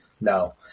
No